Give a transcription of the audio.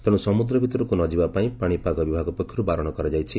ତେଶୁ ସମୁଦ୍ର ଭିତରକୁ ନଯିବା ପାଇଁ ପାଶିପାଗ ବିଭାଗ ପକ୍ଷରୁ ବାରଣ କରାଯାଇଛି